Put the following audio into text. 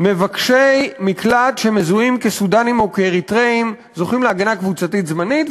מבקשי מקלט שמזוהים כסודאנים או כאריתריאים זוכים להגנה קבוצתית זמנית,